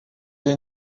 est